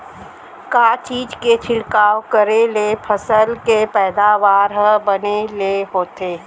का चीज के छिड़काव करें ले फसल के पैदावार ह बने ले होथे?